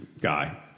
guy